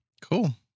Cool